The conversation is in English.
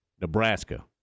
Nebraska